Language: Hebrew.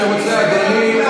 מי שלא רוצה, אדוני,